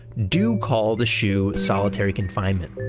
do call the shu solitary confinement.